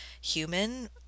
human